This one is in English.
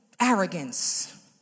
arrogance